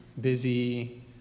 busy